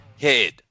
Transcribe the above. head